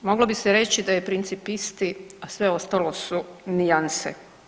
Moglo bi se reći da je princip isti, a sve ostalo su nijanse.